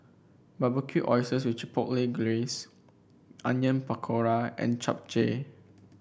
Barbecued Oysters with Chipotle Glaze Onion Pakora and Japchae